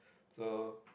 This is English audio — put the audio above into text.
so